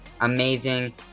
amazing